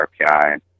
RPI